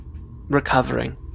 recovering